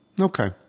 Okay